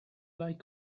like